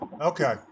okay